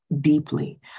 deeply